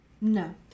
No